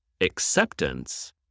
Acceptance